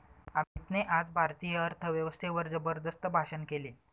अमितने आज भारतीय अर्थव्यवस्थेवर जबरदस्त भाषण केले